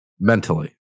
mentally